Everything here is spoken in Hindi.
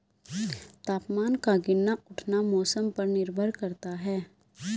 तापमान का गिरना उठना मौसम पर निर्भर करता है